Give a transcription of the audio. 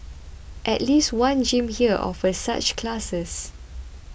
at least one gym here offers such classes